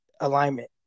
alignment